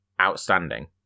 outstanding